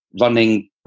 Running